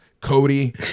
Cody